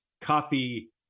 coffee